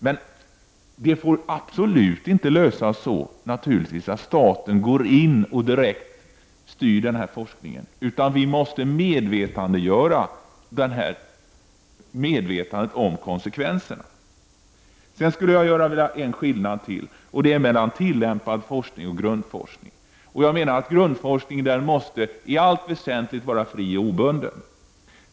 Däremot får man naturligtvis inte lösa det så att staten går in och direkt styr den här forskningen, utan vi måste se till att man blir medveten om konsekvenserna. Jag skulle vilja göra ytterligare en åtskillnad, nämligen mellan tillämpad forskning och grundforskning. Jag menar att grundforskningen i allt väsentligt måste vara fri och obunden.